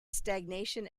stagnation